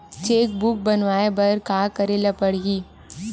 Cheque book बनवाय बर का करे ल पड़हि?